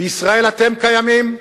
בישראל אתם קיימים,